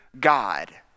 God